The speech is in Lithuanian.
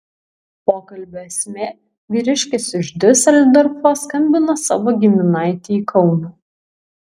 pokalbio esmė vyriškis iš diuseldorfo skambino savo giminaitei į kauną